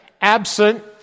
absent